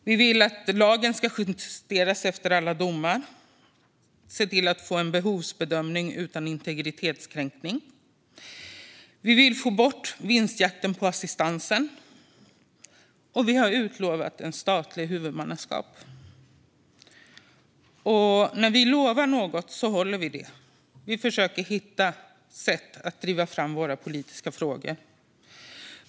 Vi vill att lagen ska justeras efter alla domar och att man ser till att få en behovsbedömning utan integritetskränkning, vi vill få bort vinstjakten på assistansen och vi har utlovat ett statligt huvudmannaskap. När vi lovar något håller vi det. Vi försöker hitta sätt att driva fram våra politiska frågor.